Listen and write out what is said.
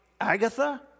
Agatha